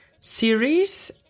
series